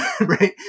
Right